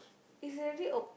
it's already op